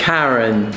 Karen